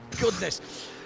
goodness